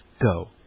go